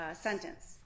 sentence